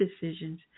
decisions